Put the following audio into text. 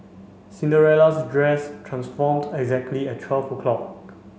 Cinderella's dress transformed exactly at twelve o'clock